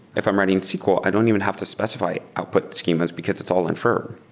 if i'm writing sql, i don't even have to specify output schemas because it's all infer.